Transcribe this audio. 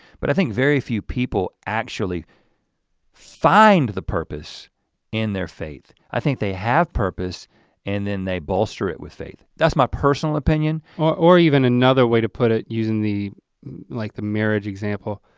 but i think very few people actually find the purpose in their faith. i think they have purpose and then they bolster it with faith. that's my personal opinion. or or even another way to put it using the like the marriage example,